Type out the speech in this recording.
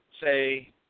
say